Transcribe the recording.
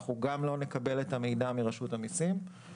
גם לא נקבל את המידע מרשות המיסים,